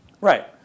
Right